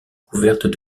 couvertes